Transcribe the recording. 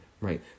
right